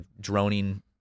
droning